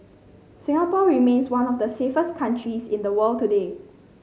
Singapore remains one of the safest countries in the world today